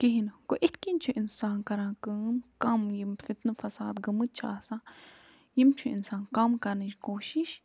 کِہیٖنۍ گوٚو یِتھ کٔنۍ چھُ اِنسان کران کٲم کَم یِم فِتنہٕ فَساد گٔمٕتۍ چھِ آسان یِم چھِ اِنسان کَم کَرنٕچ کوٗشِش